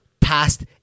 past